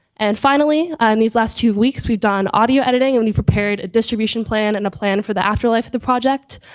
and finally, and these last two weeks we've done audio editing and we prepared a distribution plan and a plan for the afterlife of the project.